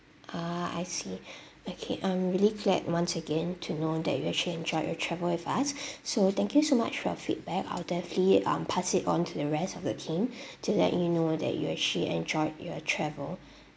ah I see okay um really glad once again to know that you actually enjoyed your travel with us so thank you so much for your feedback I'll definitely um pass it on to the rest of the team to let he know that you actually enjoyed your travel